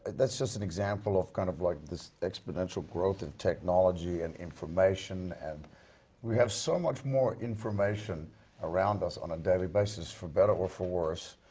that's just an example of kind of like this exponential growth of technology and information. and we have so much more information around us on a daily basis, for better or for worse,